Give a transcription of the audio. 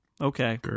Okay